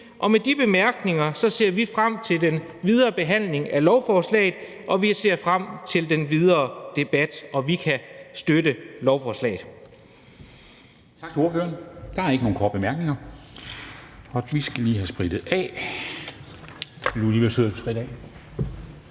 Og med de bemærkninger ser vi frem til den videre behandling af lovforslaget, og vi ser frem til den videre debat. Vi kan støtte lovforslaget.